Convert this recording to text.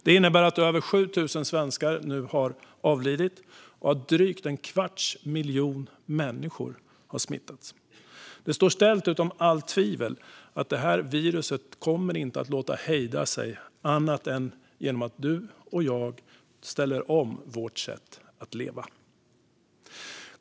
Det innebär att över 7 000 svenskar nu har avlidit och att drygt en kvarts miljon människor har smittats. Det står ställt utom allt tvivel att detta virus inte kommer att låta hejda sig annat än genom att du och jag ställer om vårt sätt att leva.